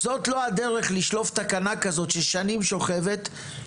זאת לא הדרך לשלוף תקנה כזאת ששוכבת שנים,